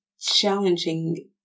challenging